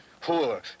poor